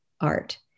art